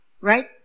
right